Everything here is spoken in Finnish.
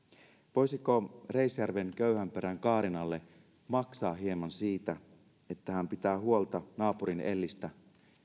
voisiko reisjärven köyhänperän kaarinalle maksaa hieman siitä että hän pitää huolta naapurin ellistä